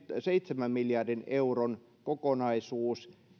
seitsemän miljardin euron kokonaisuus